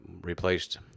Replaced